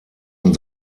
und